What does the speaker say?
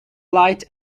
light